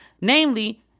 namely